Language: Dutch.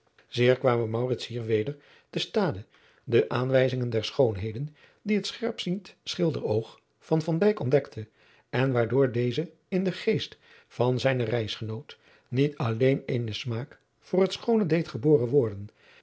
zeer kwamen maurits hier weder te stade de aanwijzingen der adriaan loosjes pzn het leven van maurits lijnslager schoonheden die het scherpziend schilderoog van van dijk ontdekte en waardoor deze in den geest van zijnen reisgenoot niet alleen eenen smaak voor het schoone deed geboren worden